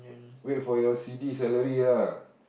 wait for your salary ah